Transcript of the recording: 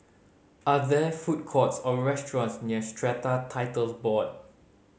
are there food courts or restaurants near Strata Titles Board